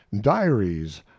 diaries